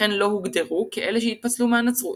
לכן לא הוגדרו כאלו שהתפצלו מהנצרות.